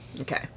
Okay